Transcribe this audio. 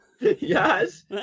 Yes